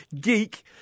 Geek